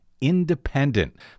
independent